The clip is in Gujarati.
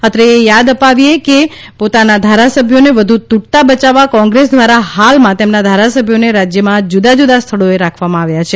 અત્રે એ યાદ આપીયે કે પોતાના ધારાસભ્યોને વધુ તૂટતાં બયાવવા કોંગ્રેસ દ્વારા હાલમાં તેમના ધારાસભ્યોને રાજ્યમાં જુદા જુદા સ્થળોએ રાખવામાં આવ્યા છે